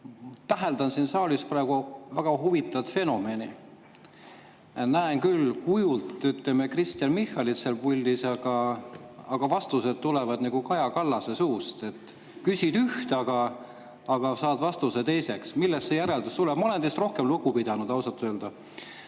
Täheldan siin saalis praegu väga huvitavat fenomeni. Näen küll kujult Kristen Michalit seal puldis, aga vastused tulevad nagu Kaja Kallase suust. Küsid ühte, aga saad vastuse teise kohta. Millest see tuleb? Ma olen teist rohkem lugu pidanud ausalt öelda. Ma